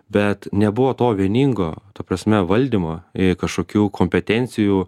bet nebuvo to vieningo ta prasme valdymo i kažkokių kompetencijų